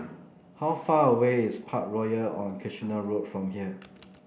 how far away is Parkroyal on Kitchener Road from here